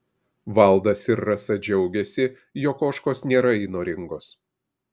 valdas ir rasa džiaugiasi jog ožkos nėra įnoringos